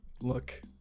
look